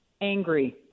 angry